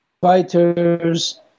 fighters